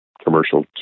commercial